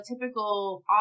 typical